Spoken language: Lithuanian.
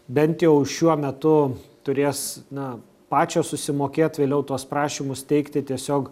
bent jau šiuo metu turės na pačios susimokėt vėliau tuos prašymus teikti tiesiog